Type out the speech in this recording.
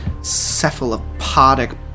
cephalopodic